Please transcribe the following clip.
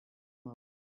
mode